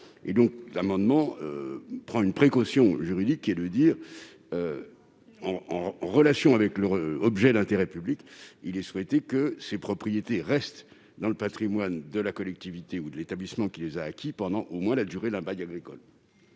L'amendement vise à introduire une précaution juridique en relation avec leur objet d'intérêt public, en prévoyant que les propriétés restent dans le patrimoine de la collectivité ou de l'établissement qui les a acquises pendant au moins la durée d'un bail agricole.